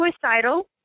suicidal